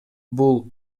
бул